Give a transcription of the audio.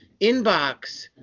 inbox